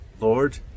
Lord